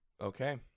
Okay